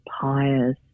pious